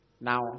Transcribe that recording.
Now